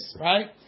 Right